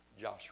Joshua